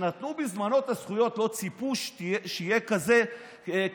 כשנתנו בזמנו את הזכויות לא ציפו שיהיה כזה קרקס,